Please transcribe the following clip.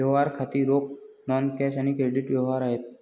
व्यवहार खाती रोख, नॉन कॅश आणि क्रेडिट व्यवहार आहेत